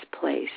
place